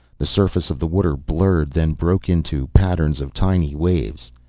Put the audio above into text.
the surface of the water blurred, then broke into patterns of tiny waves.